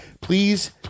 please